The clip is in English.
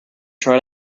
try